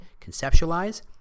Conceptualize